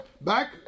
back